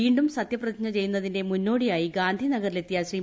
വീണ്ടും സത്യപ്രതിജ്ഞ ചെയ്യുന്നതിന്റെ മുന്നോടിയായി ഗാന്ധിനഗറിലെത്തിയ ശ്രീ